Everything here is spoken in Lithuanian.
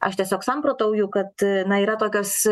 aš tiesiog samprotauju kad na yra tokios